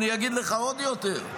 אני אגיד לך עוד יותר,